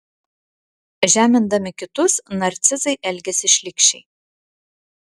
žemindami kitus narcizai elgiasi šlykščiai